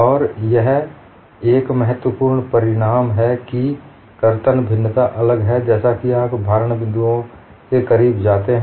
और एक महत्वपूर्ण परिणाम यह है कि कर्तन भिन्नता अलग है जैसा कि आप भारण बिन्दूओं के करीब जाते हैं